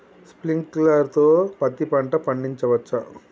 Sprinkler తో పత్తి పంట పండించవచ్చా?